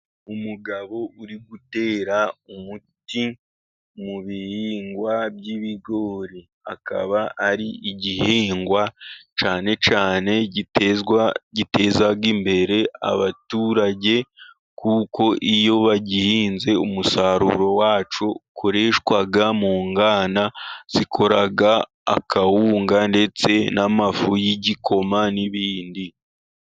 Umugabo uri gutera umuti mu bihingwa by'ibigori. Akaba ari igihingwa cyane cyane giteza imbere abaturage, kuko iyo bagihinze umusaruro wacyo ukoreshwa mu nganda zikora akawunga, ndetse n'amafu y'igikoma n'ibindi.